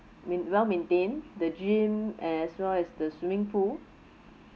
I mean well maintained the gym as well as the swimming pool